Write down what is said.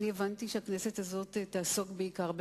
אני הבנתי שהכנסת הזאת תעסוק בעיקר במהויות,